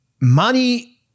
money